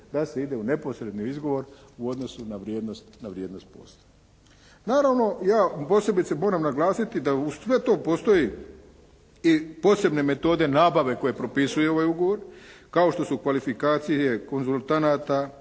da se ide u neposredni izgovor u odnosu na vrijednost posla. Naravno, ja posebice moram naglasiti da uz sve to postoji i posebne metode nabave koje propisuje ovaj ugovor kao što su kvalifikacije konzultanata,